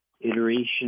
iteration